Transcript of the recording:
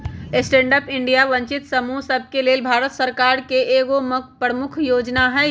stand up India वंचित समूह सभके लेल भारत सरकार के एगो प्रमुख जोजना हइ